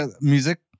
music